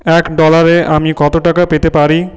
এক ডলারে আমি কত টাকা পেতে পারি